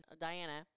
Diana